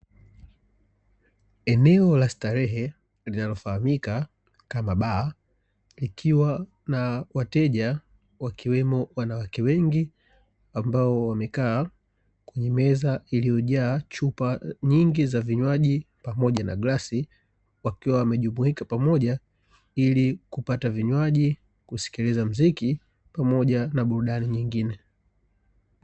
Eneo la starehe linalofahamika kama baa likiwa na wateja wakiwemo wanawake wengi, ambao wamekaa kwenye meza iliyojaa chupa nyingi za vinywaji pamoja na glasi, wakiwa wamejumuika pamoja ili kupata vinywaji, kusikiliza mziki pamoja na burudani nyingine.